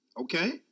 Okay